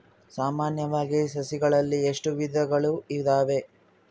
ಸಾಮಾನ್ಯವಾಗಿ ಸಸಿಗಳಲ್ಲಿ ಎಷ್ಟು ವಿಧಗಳು ಇದಾವೆ?